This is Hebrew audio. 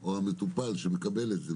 או המטופל שמקבל את זה,